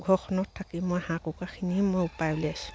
ঘৰখনত থাকি মই হাঁহ কুকুৰাখিনি মই উপায় উলিয়াইছোঁ